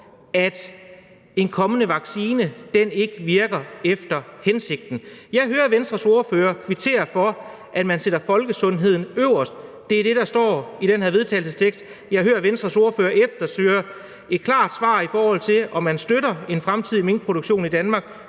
at en kommende vaccine ikke vil virke efter hensigten. Jeg hører Venstres ordfører kvittere for, at man sætter folkesundheden øverst, det er det, der står i det her forslag til vedtagelse. Jeg hører, Venstres ordfører efterlyser et klart svar på, om man støtter en fremtidig minkproduktion i Danmark,